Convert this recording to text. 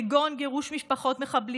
כגון גירוש משפחות מחבלים,